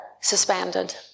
suspended